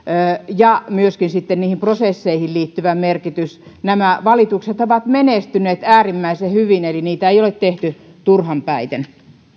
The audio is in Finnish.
ja myöskin sitten niihin prosesseihin liittyvä merkitys nämä valituksethan ovat menestyneet äärimmäisen hyvin eli niitä ei ole tehty turhan päiten